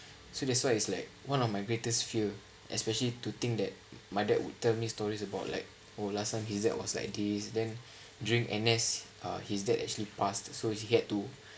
so that's why is like one of my greatest fear especially to think that my dad would tell me stories about like oh last time his dad was like this then during N_S uh his dad that actually passed so he had to